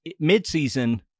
midseason